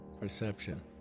perception